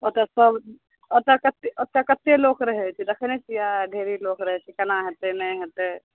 ओतऽ सब ओतऽ कतेक ओतऽ कतेक लोक रहै छै देखै नहि छियै ढेरी लोक रहै छै केना हेतै नहि हेतै